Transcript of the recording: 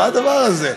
מה הדבר הזה?